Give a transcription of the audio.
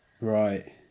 Right